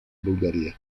bulgaria